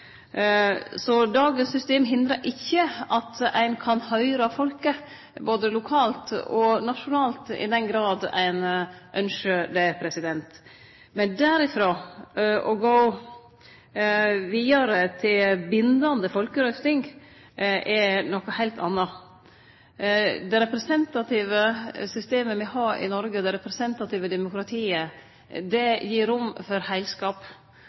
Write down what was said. Så dagens system hindrar ikkje at ein kan høyre folket, både lokalt og nasjonalt i den grad ein ønskjer det. Men derifrå å gå vidare til bindande folkerøysting, er noko heilt anna. Det representative demokratiet me har i Noreg gjev rom for heilskap.